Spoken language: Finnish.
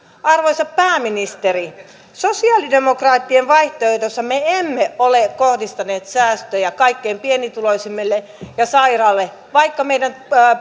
arvoisa pääministeri sosialidemokraattien vaihtoehdossa me emme ole kohdistaneet säästöjä kaikkein pienituloisimmille ja sairaille vaikka meidän